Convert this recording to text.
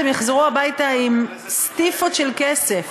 אז הם יחזרו הביתה עם "סטפות" של כסף.